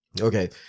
okay